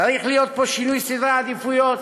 צריך להיות פה שינוי סדרי עדיפויות.